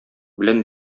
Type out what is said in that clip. белән